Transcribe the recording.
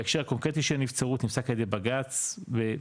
בהקשר הקונקרטי של נבצרות נפסק על ידי בג"צ בתיק